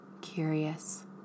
curious